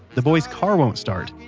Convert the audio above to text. the boy's car won't start.